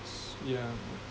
s~ yeah